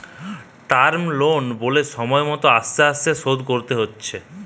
term loan বলে সময় মত আস্তে আস্তে শোধ করতে হচ্ছে